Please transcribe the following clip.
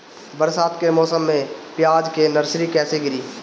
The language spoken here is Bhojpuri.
बरसात के मौसम में प्याज के नर्सरी कैसे गिरी?